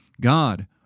God